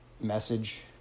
message